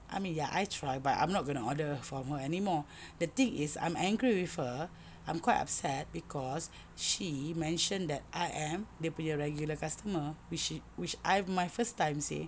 I mean ya I try but I'm not gonna order from her anymore the thing is I'm angry with her I'm quite upset cause she mentioned that I am dia punya regular customer which is which I my first time seh